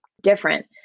different